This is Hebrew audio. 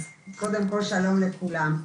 קודם כל שלום לכולם,